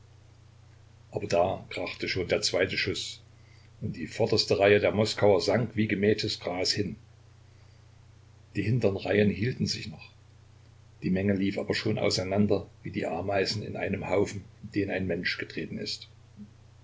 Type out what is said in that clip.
aber da krachte schon der zweite schuß und die vorderste reihe der moskauer sank wie gemähtes gras hin die hintern reihen hielten sich noch die menge lief aber schon auseinander wie die ameisen in einem haufen in den ein mensch getreten ist